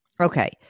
Okay